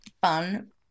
fun